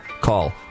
Call